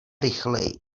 rychleji